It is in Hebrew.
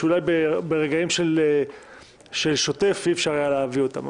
שאולי ברגעים של שוטף אי-אפשר להביא אותם,